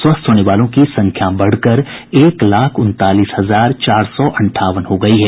स्वस्थ होने वालों की संख्या बढ़कर एक लाख उनतालीस हजार चार सौ अंठावन हो गयी है